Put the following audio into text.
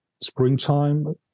springtime